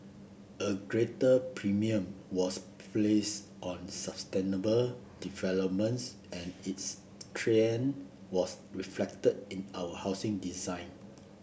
a greater premium was placed on sustainable developments and this trend was reflected in our housing design